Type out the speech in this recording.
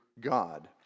God